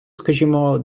скажімо